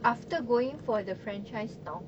after going for the franchise talk